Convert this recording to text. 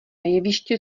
jeviště